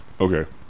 Okay